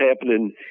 happening